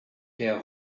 der